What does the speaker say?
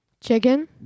chicken